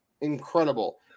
Incredible